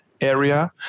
area